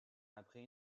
après